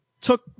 took